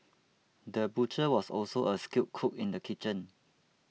the butcher was also a skilled cook in the kitchen